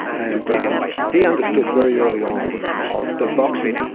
and um he understood very early on that boxing,